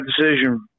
decision